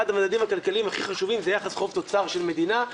אחד המדדים הכלכליים הכי חשובים זה יחס חוב תוצר של מדינה.